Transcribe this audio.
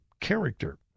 character